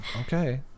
okay